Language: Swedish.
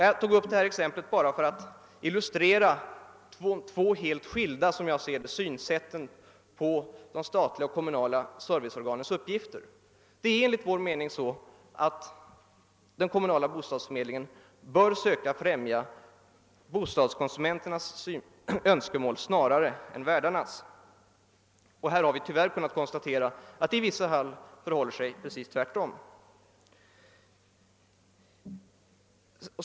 Jag tog detta exempel bara för att illustrera de två helt skilda synsätten då det gäller de statliga och kommunala serviceorganens uppgifter. Enligt vår mening bör den kommunala bostadsförmedlingen söka främja bostadskonsumenternas önskemål snarare än värdarnas. Vi har tyvärr kunnat konstatera att det i vissa fall förhåller sig precis tvärtom.